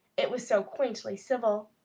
it was so quaintly civil.